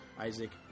Isaac